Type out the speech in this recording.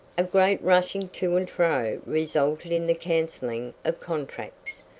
a great rushing to and fro resulted in the cancelling of contracts,